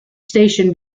station